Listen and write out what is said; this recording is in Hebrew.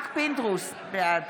פינדרוס, בעד